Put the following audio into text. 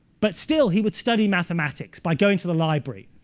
but still he would study mathematics by going to the library.